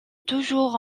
toujours